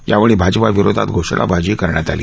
यावेळी भाजपा विरोधात घोषणाबाजीही करण्यात आली